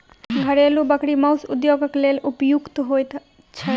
घरेलू बकरी मौस उद्योगक लेल उपयुक्त होइत छै